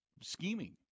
scheming